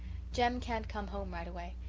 jem can't come home right away.